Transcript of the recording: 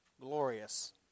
glorious